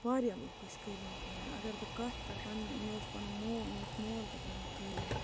واریاہ لُکھ ٲسۍ قٲلیٖن کٲم کَران اگر بہٕ کَتھ کَرٕ پَننہِ مےٚ اوس پَنُن مو مےٚ اوس مول تہِ کَران قٲلیٖن کٲم